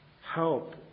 help